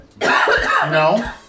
No